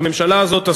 הממשלה הזאת,